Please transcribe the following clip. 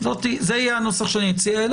יהיה הנוסח שאציע.